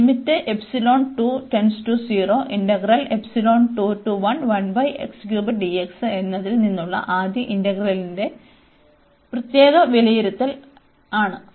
എന്നാൽ എന്നതിൽ നിന്നുള്ള ആദ്യ ഇന്റഗ്രലിനെ പ്രത്യേകം വിലയിരുത്തിയാൽ എന്ത് സംഭവിക്കും